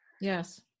Yes